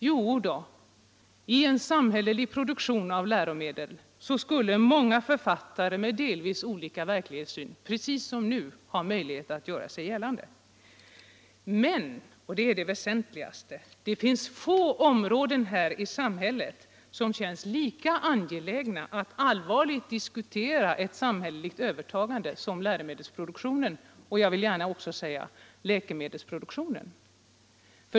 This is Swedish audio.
Jo, i en samhällelig produktion av läromedel skulle många författare med delvis olika verklighetssyn precis som nu ha möjlighet att göra sig gällande. Men, och det är det väsentliga, det finns få områden i samhället som det känns lika angeläget att allvarligt diskutera ett samhälleligt övertagande av som läromedelsproduktionen, och jag vill gärna också säga läkemedelsproduktionen.